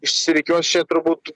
išsirikiuos čia turbūt